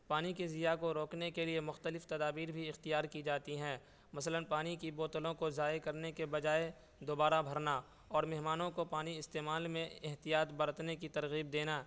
پانی کے زیاں کو روکنے کے لیے مختلف تدابیر بھی اختیار کی جاتی ہیں مثلاً پانی کی بوتلوں کو ضائع کرنے کے بجائے دوبارہ بھرنا اور مہمانوں کو پانی استعمال میں احتیاط برتنے کی ترغیب دینا